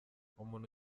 umuntu